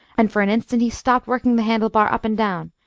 and for an instant he stopped working the handle bar up and down,